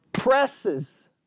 Presses